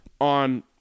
on